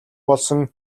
болсон